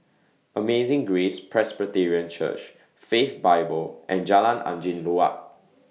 Amazing Grace Presbyterian Church Faith Bible and Jalan Angin Laut